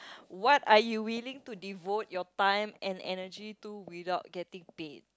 what are you willing to devote your time and energy to without getting paid